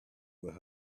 where